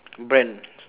brand